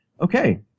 Okay